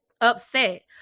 upset